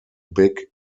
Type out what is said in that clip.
big